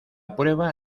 prueba